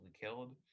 killed